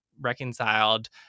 Reconciled